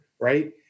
right